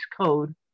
code